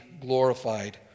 glorified